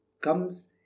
comes